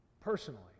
Personally